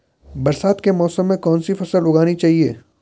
बरसात के मौसम में कौन सी फसल उगानी चाहिए?